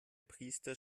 priester